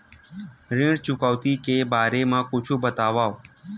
ऋण चुकौती के बारे मा कुछु बतावव?